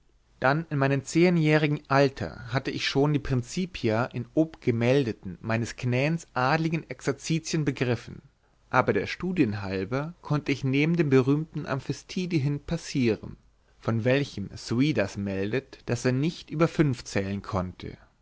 dann in meinem zehenjährigen alter hatte ich schon die principia in obgemeldten meines knäns adeligen exerzitien begriffen aber der studien halber konnte ich neben dem berühmten amphistidi hin passieren von welchem suidas meldet daß er nicht über fünf zählen konnte